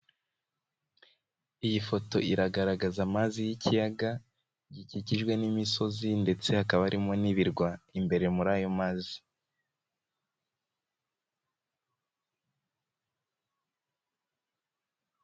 Iyi foto iragaragaza amazi y'ikiyaga gikikijwe n'imisozi ndetse hakaba harimo n'ibirwa imbere muri ayo mazi.